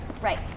right